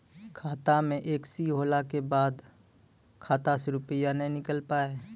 खाता मे एकशी होला के बाद खाता से रुपिया ने निकल पाए?